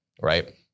Right